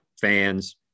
fans